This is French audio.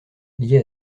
lié